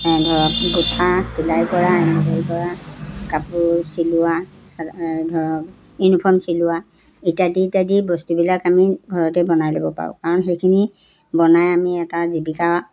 ধৰক গুঠা চিলাই কৰা এমব্ৰইডেৰি কৰা কাপোৰ চিলোৱা ধৰক ইউনিফৰ্ম চিলোৱা ইত্যাদি ইত্যাদি বস্তুবিলাক আমি ঘৰতে বনাই ল'ব পাৰোঁ কাৰণ সেইখিনি বনাই আমি এটা জীৱিকা